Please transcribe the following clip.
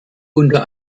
unter